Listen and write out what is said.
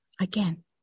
Again